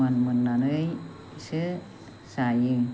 समान मोननानैसो जायो